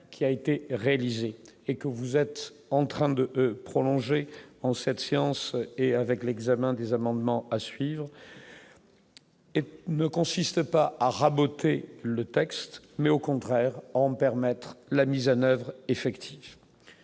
qui a été réalisé et que vous êtes en train de prolonger en 7 séances et avec l'examen des amendements à suivre et ne consiste pas à raboter le texte mais au contraire on permettra Lamizana effective,